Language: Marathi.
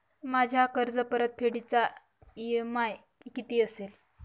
माझ्या कर्जपरतफेडीचा इ.एम.आय किती असेल?